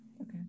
Okay